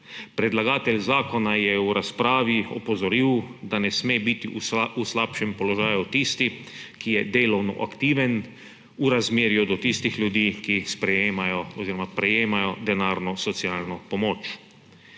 Predlagatelj zakona je v razpravi opozoril, da ne sme biti v slabšem položaju tisti, ki je delovno aktiven, v razmerju do tistih ljudi, ki prejemajo denarno socialno pomoč.